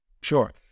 Sure